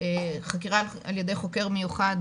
חקירה על ידי חוקר מיוחד